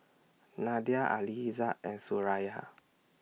Nadia Aizat and Suraya